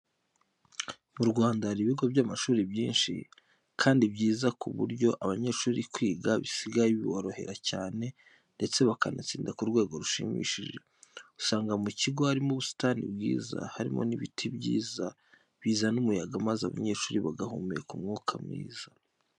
Mu Rwanda hari ibigo by'amashuri byinshi kandi byiza ku buryo abanyeshuri kwiga bisigaye biborohera cyane ndetse bakanatsinda ku rwego rushimishije. Usanga mu kigo harimo ubusitani bwiza, harimo n'ibiti byiza bizana umuyaga maze abanyeshuri bagahumeka umwuka mwiza.